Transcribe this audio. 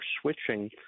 switching